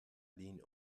ligne